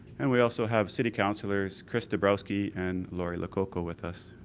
and we also have city counselors chris dabrowski and laurie lococo with us.